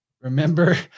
Remember